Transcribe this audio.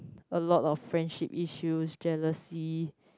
a lot of friendship issues jealousy